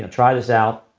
try this out.